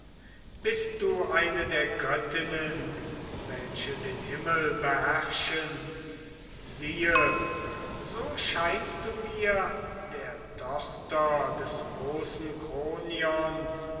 bist du eine der göttinnen welche den himmel beherrschen siehe so scheinst du mir der tochter des großen kronion